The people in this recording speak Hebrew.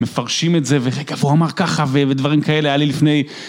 מפרשים את זה, והוא אמר ככה, ודברים כאלה, היה לי לפני...